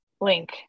link